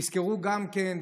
תזכרו גם כן,